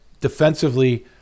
defensively